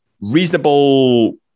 reasonable